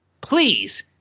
please